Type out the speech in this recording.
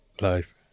life